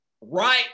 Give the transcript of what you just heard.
right